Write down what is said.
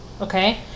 Okay